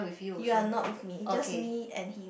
you're not with me just me and him